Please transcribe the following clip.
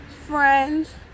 friends